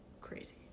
crazy